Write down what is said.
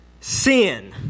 Sin